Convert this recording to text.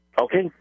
Okay